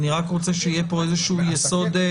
אני רק רוצה שיהיה פה איזשהו יסוד.